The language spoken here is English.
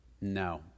no